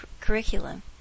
curriculum